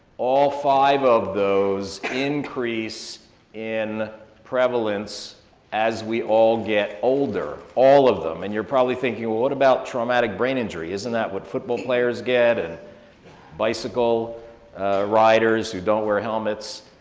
all five of those increase in prevalence as we all get older, all of them. and you're probably thinking, well what about traumatic brain injury, isn't that what football players get and bicycle riders who don't wear helmets?